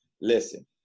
listen